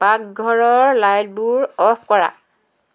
পাকঘৰৰ লাইটবোৰ অফ কৰা